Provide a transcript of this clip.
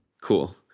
Cool